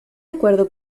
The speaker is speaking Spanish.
acuerdo